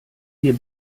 dir